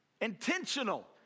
Intentional